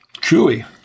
Chewy